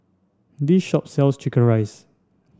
this shop sells chicken rice